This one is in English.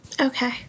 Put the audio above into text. Okay